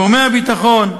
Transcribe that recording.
גורמי הביטחון,